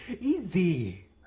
Easy